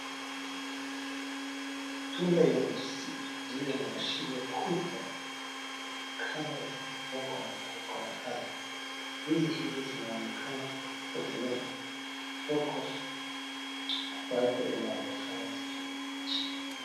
Matunda ya ndizi iliyo na mashine kubwa inaonekana kuwa zimepagwa na kuewekwa mahali. Ndizi hizi zinaonekana kuwa haziko tayari kwa soko na bado zinaonekana kuwa mbichi.